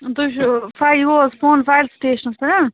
تُہۍ چھُو فاے یور فون فایر سِٹیشنَس پٮ۪ٹھ